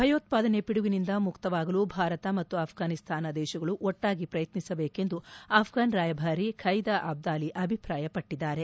ಭಯೋತ್ಪಾದನೆ ಪಿಡುಗಿನಿಂದ ಮುಕ್ತವಾಗಲು ಭಾರತ ಮತ್ತು ಆಫ್ರಾನಿಸ್ತಾನ ದೇಶಗಳು ಒಟ್ಟಾಗಿ ಪ್ರಯತ್ನಿಸಬೇಕೆಂದು ಆಫ್ರಾನ್ ರಯಭಾರಿ ಬೈದಾ ಅಬ್ದಾಲಿ ಅಭಿಪ್ರಾಯಪಟ್ಟಿದ್ದಾರೆ